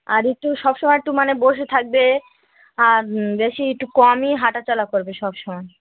আর একটু সব সময় একটু মানে বসে থাকবে বেশি একটু কমই হাঁটা চলা করবে সব সময়